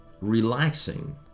relaxing